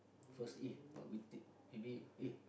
first eh what would you take maybe eh